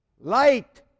light